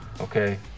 okay